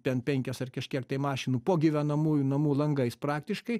ten penkias ar kažkiek tai mašinų po gyvenamųjų namų langais praktiškai